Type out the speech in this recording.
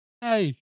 hey